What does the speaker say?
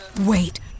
wait